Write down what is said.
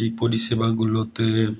এই পরিষেবাগুলোতে